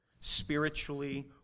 spiritually